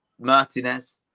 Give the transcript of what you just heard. Martinez